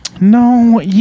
No